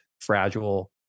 fragile